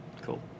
Cool